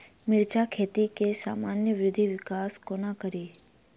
मिर्चा खेती केँ सामान्य वृद्धि विकास कोना करि?